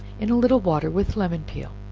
in a little water with lemon peel